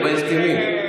זה בהסכמים.